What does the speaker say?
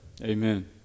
Amen